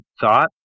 Thought